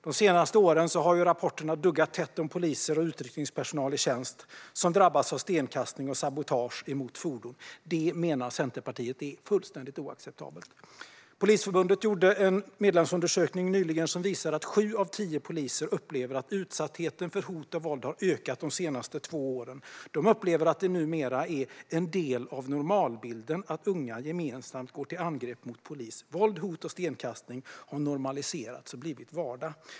De senaste åren har rapporterna duggat tätt om poliser och utryckningspersonal i tjänst som drabbats av stenkastning och sabotage mot fordon. Det, menar Centerpartiet, är fullständigt oacceptabelt. Polisförbundet gjorde nyligen en medlemsundersökning som visar att sju av tio poliser upplever att utsattheten för hot och våld har ökat de senaste två åren. De upplever att det numera är en del av normalbilden att unga gemensamt går till angrepp mot polis. Våld, hot och stenkastning har normaliserats och blivit vardag.